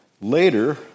Later